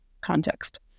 context